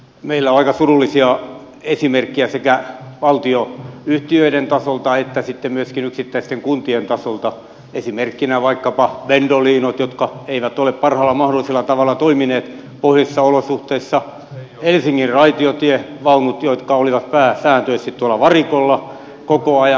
meillä on aika surullisia esimerkkejä sekä valtionyhtiöiden tasolta että sitten myöskin yksittäisten kuntien tasolta esimerkkinä vaikkapa pendolinot jotka eivät ole parhaalla mahdollisella tavalla toimineet pohjoisissa olosuhteissa ja helsingin raitiotievaunut jotka olivat pääsääntöisesti varikolla koko ajan